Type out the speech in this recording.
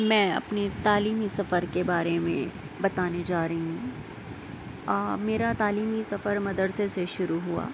میں اپنی تعلیمی سفر کے بارے میں بتانے جا رہی ہوں میرا تعلیمی سفر مدرسہ سے شروع ہوا